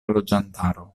loĝantaro